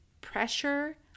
pressure